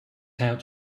out